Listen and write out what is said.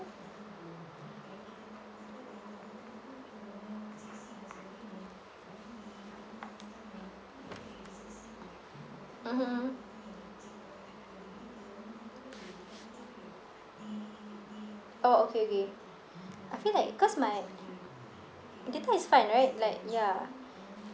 mmhmm oh okay okay I feel like cause my data is fine right like ya